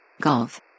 Golf